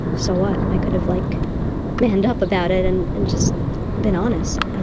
so what? i could have like manned up about it and and just been honest. umm,